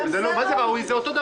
במשך עשור הם לא עשו כלום.